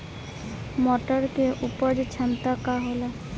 मटर के उपज क्षमता का होला?